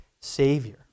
Savior